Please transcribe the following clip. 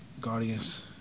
Guardians